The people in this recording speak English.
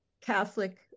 Catholic